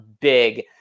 big